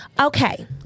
okay